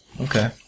okay